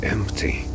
Empty